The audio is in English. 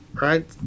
right